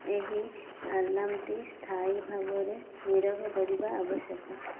ଏହି ଆଲାର୍ମଟି ସ୍ଥାୟୀ ଭାବରେ ନୀରବ କରିବା ଆବଶ୍ୟକ